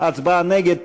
הצבעה נגד,